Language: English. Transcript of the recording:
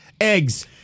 Eggs